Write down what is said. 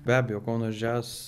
be abejo kaunas džiaz